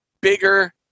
bigger